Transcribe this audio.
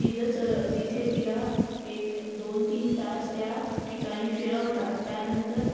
तिचंच तिथे तिला एक दोन तीन तास त्या ठिकाणी फिरवतात त्या नंतर